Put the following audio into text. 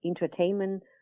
entertainment